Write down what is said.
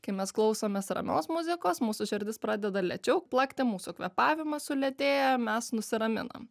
kai mes klausomės ramios muzikos mūsų širdis pradeda lėčiau plakti mūsų kvėpavimas sulėtėja mes nusiraminam